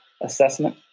assessment